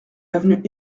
avenue